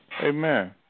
Amen